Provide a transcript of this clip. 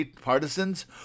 partisans